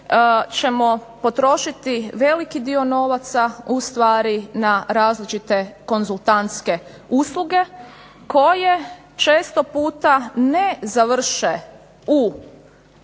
ćemo potrošiti veliki dio novaca ustvari na različite konzultantske usluge koje često puta ne završe u,